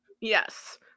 Yes